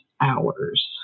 hours